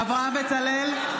אברהם בצלאל,